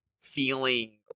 feeling